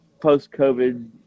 post-COVID